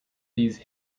these